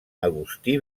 agustí